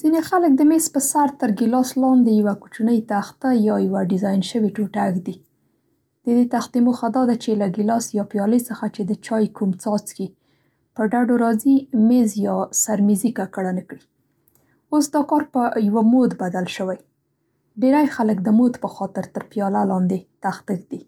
ځینې خلک د مېز پر سر تر ګیلاس لاندې یوه کوچنۍ تخته یا یوه ډیزاین شوې ټوټه ږدي. د دې تختې موخه دا ده چې له ګیلاس یا پیالې څخه چې د چای کوم څاڅکي په ډډو راځي مېر یا سرمېزي ککړه نه کړي. اوس دا کار په یوه مود بدل شوی. ډېری خلک د مود په خاطر تر پیاله لاندې تخته ږدي،